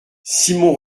simon